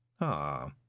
Ah